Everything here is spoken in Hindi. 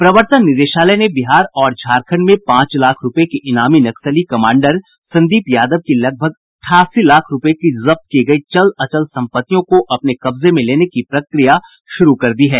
प्रवर्तन निदेशालय ने बिहार और झारखंड में पांच लाख रूपये के इनामी नक्सली कमांडर संदीप यादव की लगभग अठासी लाख रूपये की जब्त की गयी चल अचल संपत्तियों को अपने कब्जे में लेने की प्रक्रिया शुरू कर दी है